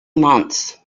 months